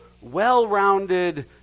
well-rounded